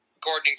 Gordon